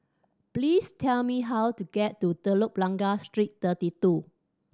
please tell me how to get to Telok Blangah Street Thirty Two